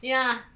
ya